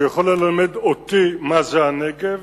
שיכול ללמד אותי מה זה הנגב